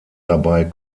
dabei